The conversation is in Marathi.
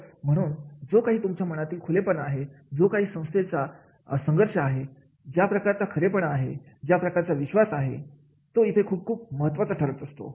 तर म्हणून जो काही तुमच्या मनाचा खुलेपणा आहेजो काही तुमच्या संस्थेचा संघर्ष आहे ज्या प्रकारचा खरेपणा आहे ज्या प्रकारचा विश्वास आहे तो इथे खूप खूप महत्त्वाचा ठरत असतो